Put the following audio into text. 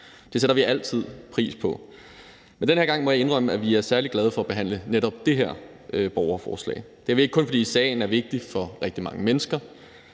Det sætter vi altid pris på. Men den her gang må jeg indrømme, at vi er særlig glade for at behandle netop det her borgerforslag. Det er ikke kun, fordi sagen er vigtig for rigtig mange mennesker,